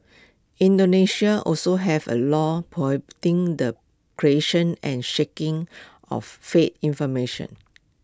Indonesia also has A law prohibiting the creation and shaking of fake information